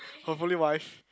hopefully wife